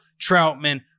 Troutman